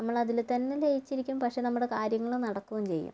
നമ്മളതില് തന്നെ ലയിച്ചിരിക്കും പക്ഷെ നമ്മുടെ കാര്യങ്ങള് നടക്കുകയും ചെയ്യും